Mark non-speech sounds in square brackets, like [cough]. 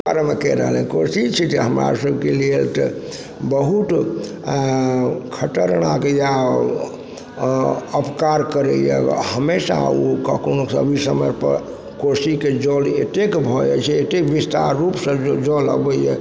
[unintelligible] के रहलइ कोसी छी जे हमरा सबके लेल तऽ बहुत खतरनाक यऽ अपकार करइए हमेशा ओ कोनो भी समयपर कोसीके जल अतेक भऽ जाइ छै अते विस्तार रूपसँ जल अबइए